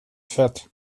vet